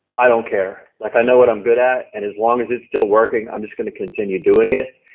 i don't care. like i know what i'm good at and as long as it's still working i'm just going to continue doing it.